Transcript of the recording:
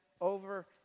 over